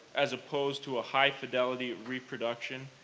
as opposed to a high-fidelity reproduction,